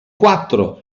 quattro